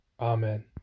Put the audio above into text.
Amen